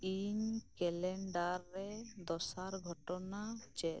ᱤᱧ ᱠᱮᱞᱮᱱᱰᱟᱨ ᱨᱮ ᱫᱚᱥᱟᱨ ᱜᱷᱚᱴᱚᱱᱟ ᱪᱮᱫ